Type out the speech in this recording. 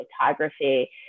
photography